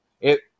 It-